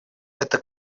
это